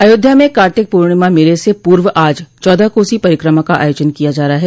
अयोध्या में कार्तिक पूर्णिमा मेले से पूर्व आज चौदहकोसी परिक्रमा का आयोजन किया जा रहा है